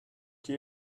qui